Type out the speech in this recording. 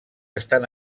estan